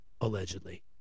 allegedly